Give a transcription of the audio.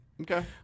Okay